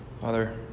Father